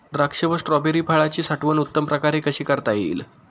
द्राक्ष व स्ट्रॉबेरी फळाची साठवण उत्तम प्रकारे कशी करता येईल?